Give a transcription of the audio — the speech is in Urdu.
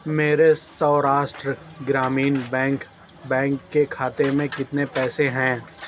میرے سوراشٹرہ گرامین بینک بینک کے کھاتے میں کتنے پیسے ہیں